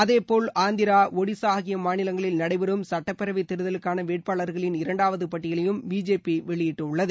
அதே போல் ஆந்திரா ஒடிசா ஆகிய மாநிலங்களில் நடைபெறும் சட்டப்பேரவை தேர்தலுக்கான வேட்பாளர்களின் இரண்டாவது பட்டியலையும் பிஜேபி வெளியிட்டுள்ளது